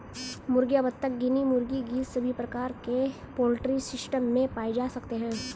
मुर्गियां, बत्तख, गिनी मुर्गी, गीज़ सभी प्रकार के पोल्ट्री सिस्टम में पाए जा सकते है